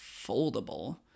foldable